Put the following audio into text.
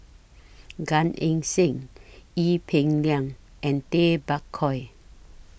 Gan Eng Seng Ee Peng Liang and Tay Bak Koi